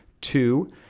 Two